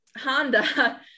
Honda